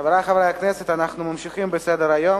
חברי חברי הכנסת, אנחנו ממשיכים בסדר-היום: